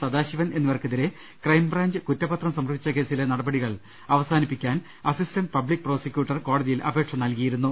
സദാശിവൻ എന്നിവർക്കെതിരെ ക്രൈംബ്രാഞ്ച് കുറ്റപത്രം സമർപ്പിച്ച കേസിലെ നടപടികൾ അവസാനി പ്പിക്കാൻ അസിസ്റ്റന്റ് പബ്ലിക് പ്രോസിക്യൂട്ടർ കോടതി യിൽ അപേക്ഷ നൽകിയിരുന്നു